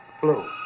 blue